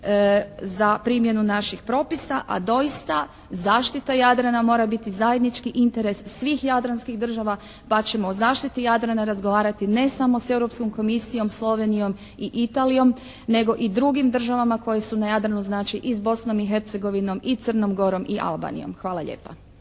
za primjenu naših propisa, a doista zaštita Jadrana mora biti zajednički interes svih jadranskih država pa ćemo o zaštiti Jadrana razgovarati ne samo s Europskom komisijom, Slovenijom i Italijom nego i drugim državama koje su na Jadranu. Znači, i s Bosnom i Hercegovinom i Crnom Gorom i Albanijom. Hvala lijepa.